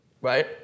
right